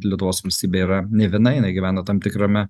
lietuvos valstybė yra ne viena jinai gyvena tam tikrame